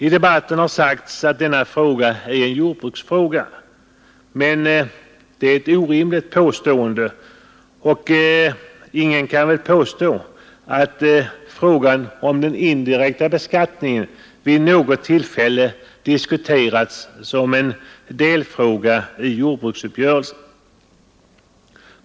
I debatten har det sagts att denna fråga är en jordbruksfråga. Det är ett felaktigt påstående. Ingen kan väl påstå att frågan om den indirekta beskattningen vid något tillfälle diskuterats som en delfråga vid en jordbruksuppgörelse.